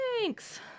Thanks